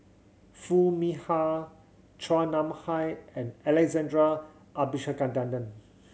Foo Mee Har Chua Nam Hai and Alex